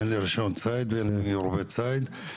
אין לי רישיון ציד ואין לי רובה ציד.